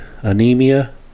anemia